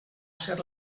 ser